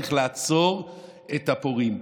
צריך לעצור את הפורעים.